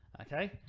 okay